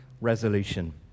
resolution